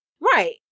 Right